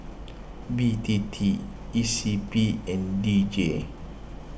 B T T E C P and D J